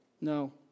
No